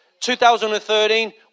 2013